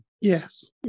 Yes